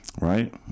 Right